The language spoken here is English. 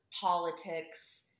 politics